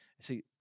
See